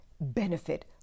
benefit